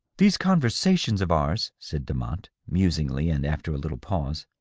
these conversations of ours, said demotte, musingly and after a little pause,